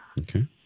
Okay